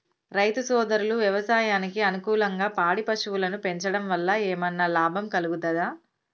రైతు సోదరులు వ్యవసాయానికి అనుకూలంగా పాడి పశువులను పెంచడం వల్ల ఏమన్నా లాభం కలుగుతదా?